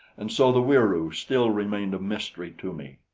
and so the wieroo still remained a mystery to me.